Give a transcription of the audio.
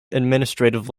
administrative